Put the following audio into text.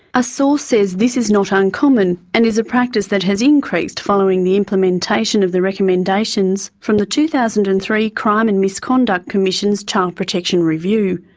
a source says this is not ah uncommon and is a practice that has increased following the implementation of the recommendations from the two thousand and three crime and misconduct commission's child protection review.